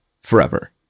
forever